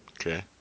Okay